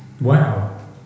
Wow